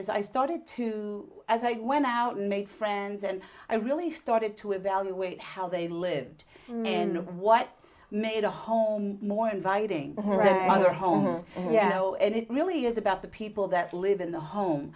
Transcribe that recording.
as i started to as i went out made friends and i really started to evaluate how they lived near in what made a home more inviting their homes yeah you know and it really is about the people that live in the home